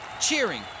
cheering